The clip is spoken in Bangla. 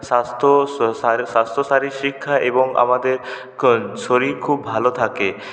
স্বাস্থ্য স্বাস্থ্যসারী শিক্ষা এবং আমাদের ক শরীর খুব ভালো থাকে